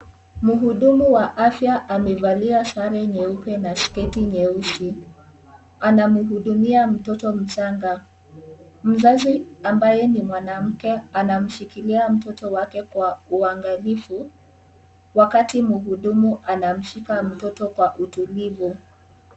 Mhudumu wa afya amevalia sare nyeupe na sketi nyeusi anamhudumia mtoto mchanga, mzazi ambaye ni mwanamke anamshikilia mtoto wake kwa uangalifu wakati mhudumu anamshika mtoto kwa utulivu.